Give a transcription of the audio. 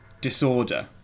disorder